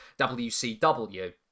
WCW